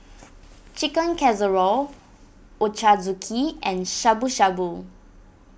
Chicken Casserole Ochazuke and Shabu Shabu